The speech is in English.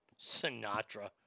Sinatra